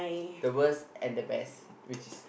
the worst and the best which is